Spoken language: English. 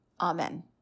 Amen